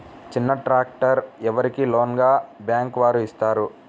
చిన్న ట్రాక్టర్ ఎవరికి లోన్గా బ్యాంక్ వారు ఇస్తారు?